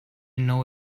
know